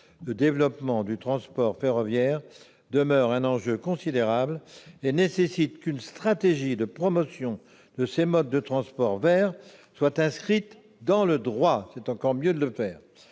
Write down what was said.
le développement du transport ferroviaire demeure un enjeu considérable et nécessite qu'une stratégie de promotion des modes de transport verts soit inscrite dans le droit. Le verdissement de nos modes